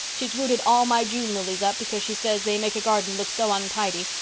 she's rooted all my june lilies up because she says they make a garden look so untidy.